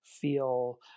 feel